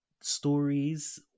stories